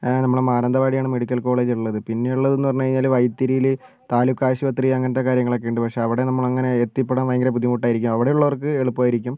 നമ്മളെ മാനന്തവാടി ആണ് medical college ഉള്ളത് പിന്നെയുള്ളതെന്നു പറഞ്ഞു കഴിഞ്ഞാൽ വൈത്തിരിൽ താലൂക്കാശുപത്രി അങ്ങനത്തെ കാര്യങ്ങളൊക്കെയുണ്ട് പക്ഷേ അവിടെ നമ്മളങ്ങനെ എത്തിപ്പെടാൻ ഭയങ്കര ബുദ്ധിമുട്ടായിരിക്കും അവിടുള്ളവർക്ക് എളുപ്പമായിരിക്കും